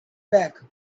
back